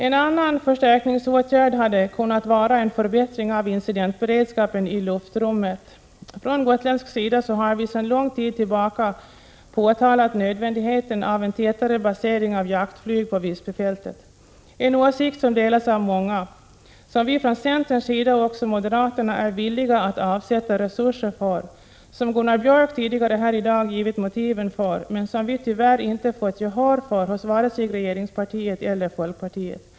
En annan förstärkningsåtgärd hade kunnat vara en förbättring av incidentberedskapen i luftrummet. Från gotländsk sida har vi sedan lång tid tillbaka påtalat nödvändigheten av en tätare basering av jaktflyg på Visbyfältet, en åsikt som delas av många. Vi från centern, liksom från moderaterna, är villiga att avsätta resurser för detta, som Gunnar Björk i Gävle här tidigare givit motiven för, men som vi tyvärr inte fått gehör för hos vare sig regeringspartiet eller folkpartiet.